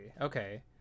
okay